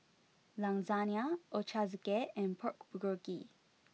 Lasagna Ochazuke and Pork Bulgogi